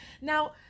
now